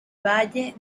valle